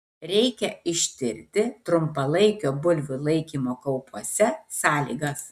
reikia ištirti trumpalaikio bulvių laikymo kaupuose sąlygas